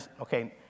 okay